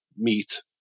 meet